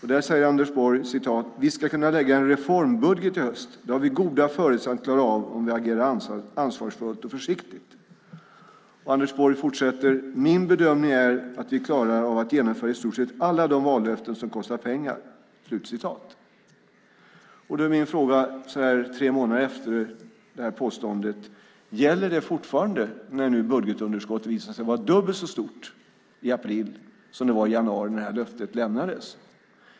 I den säger Anders Borg: "Vi ska kunna lägga en reformbudget i höst. Det har vi goda förutsättningar att klara av om vi agerar ansvarsfullt och försiktigt." Och Anders Borg fortsätter: "Min bedömning är vi klarar av att genomföra i stort sett alla de vallöften som kostar pengar." Min fråga så här tre månader efter dessa påståenden är: Gäller det fortfarande när budgetunderskottet nu i april visar sig vara dubbelt så stort som det var i januari när löftet gavs?